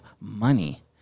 money